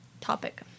topic